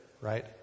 Right